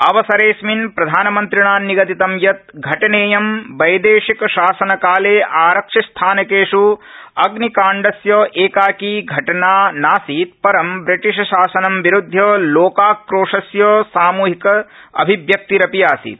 अवसरेऽस्मिन् प्रधानमन्त्रिणा निगदितं यत् घटनेयं वैदेशिक शासनकाले आरक्षीस्थानकेष् अग्निकाण्डस्य एकाकी घटना नासीत् परं ब्रिटिशशासनं विरुद्ध्य लोकाक्रोशस्य सामूहिकाभि व्यक्तिरपि आसीत्